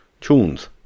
Tunes